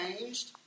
changed